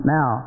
Now